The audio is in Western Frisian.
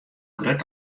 grut